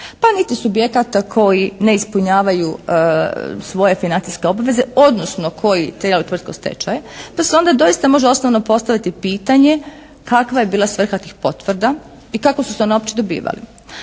pa niti subjekata koji ne ispunjavaju svoje financijske obaveze, odnosno koji tjeraju tvrtku u stečaj. Tu se onda doista može osnovno postaviti pitanje kakva je bila svrha tih potvrda i kako su oni uopće dobivali.